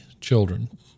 children